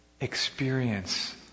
experience